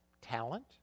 talent